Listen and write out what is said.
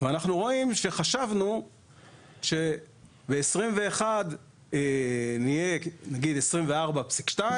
ואנחנו רואים שחשבנו שב-2021 נהיה 24,2